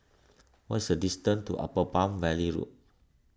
what is the distance to Upper Palm Valley Road